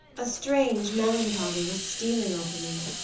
a strange melancholy was stealing over me,